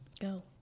Go